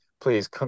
please